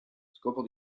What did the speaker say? scopo